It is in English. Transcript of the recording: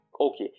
okay